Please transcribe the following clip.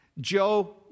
Joe